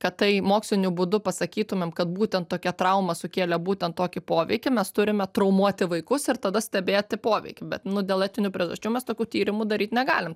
kad tai moksliniu būdu pasakytumėm kad būtent tokia trauma sukėlė būtent tokį poveikį mes turime traumuoti vaikus ir tada stebėti poveikį bet nu dėl etinių priežasčių mes tokių tyrimų daryt negalim